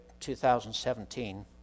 2017